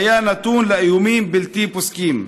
היו נתון לאיומים בלתי פוסקים.